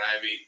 Ivy